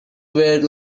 were